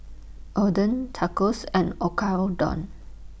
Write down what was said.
Oden Tacos and Oyakodon